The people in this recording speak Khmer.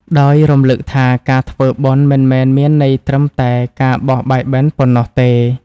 ដោយរំឮកថាការធ្វើបុណ្យមិនមែនមានន័យត្រឹមតែការបោះបាយបិណ្ឌប៉ុណ្ណោះទេ។